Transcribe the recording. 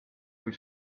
kui